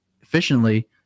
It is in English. efficiently